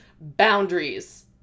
boundaries